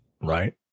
right